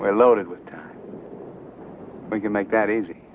we loaded with we can make that easy